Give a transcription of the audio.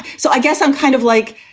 so i guess i'm kind of like,